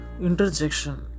Interjection